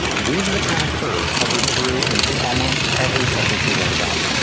these are the kind of curves hubbard threw into almost every subject he wrote about.